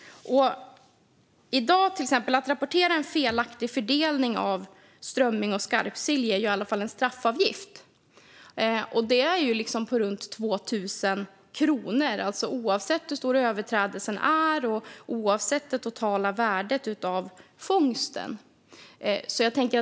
Att i dag rapportera en felaktig fördelning av strömming och skarpsill ger i alla fall en straffavgift. Den är på runt 2 000 kronor oavsett hur stor överträdelsen är och oavsett det totala värdet på fångsten.